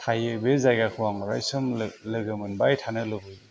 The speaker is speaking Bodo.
थायो बे जायगाखौ आं अरायसम लोगो मोनबाय थानो लुबैयो